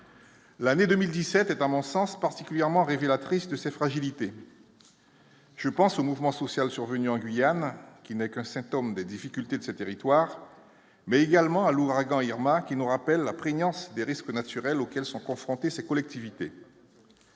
L'année 2017, à mon sens particulièrement révélatrice de ses fragilités. Je pense au mouvement social survenu en Guyane qui n'est qu'un symptôme des difficultés de ce territoires mais il y allemand à l'ouragan Irma qui nous rappelle la prégnance des risques naturels auxquels sont confrontés ces collectivités.